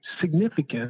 significant